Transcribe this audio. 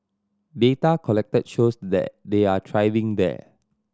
data collected shows that they are thriving there